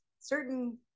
certain